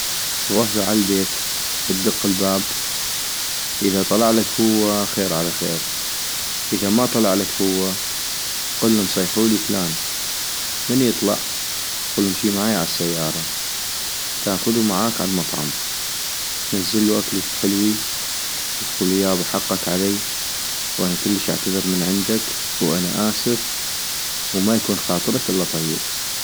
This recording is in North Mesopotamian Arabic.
نغوحلو عالبيت ، ادق الباب - اذا طلعلك هو خير على خير، اذا ما طلعلك هو قلم صيحولي فلان، من يطلع قلو امشي معاي عالسيارة - تاخذو معاك عالمطعم تنزلو اكلي حلوي ، وتقلو يابا حقك علي وأنا كلش اعتذر من عندك وأنا آسف ومايكون خاطرك إلا طيب